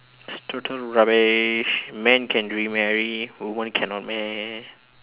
it's total rubbish men can remarry women cannot meh